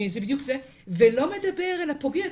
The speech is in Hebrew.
זה בדיוק זה ולא מדבר אל הפוגע,